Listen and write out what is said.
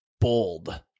bold